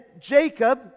Jacob